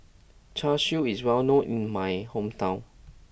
Char Siu is well known in my hometown